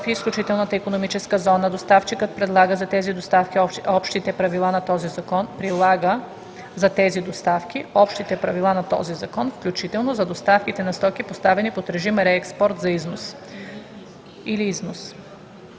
и изключителната икономическа зона, доставчикът прилага за тези доставки общите правила на този закон, включително за доставките на стоки, поставени под режим реекспорт или износ.